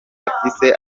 afise